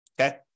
okay